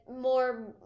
more